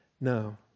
No